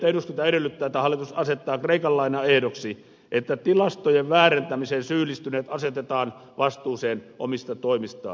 edelleen että hallitus asettaa kreikan lainan ehdoksi sen että tilastojen väärentämiseen syyllistyneet asetetaan vastuuseen omista toimistaan